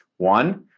One